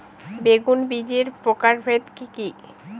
বেগুন বীজের প্রকারভেদ কি কী?